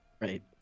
right